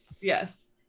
Yes